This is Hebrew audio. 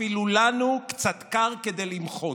אפילו לנו קצת קר כדי למחות.